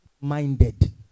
minded